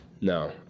No